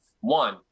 one